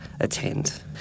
attend